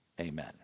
Amen